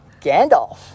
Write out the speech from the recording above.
gandalf